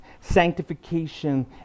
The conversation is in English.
sanctification